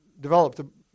developed